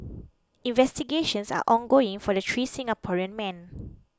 investigations are ongoing for the three Singaporean men